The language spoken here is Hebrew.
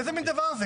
איזה מן דבר זה?